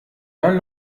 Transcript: dann